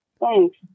Thanks